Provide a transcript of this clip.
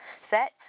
set